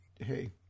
hey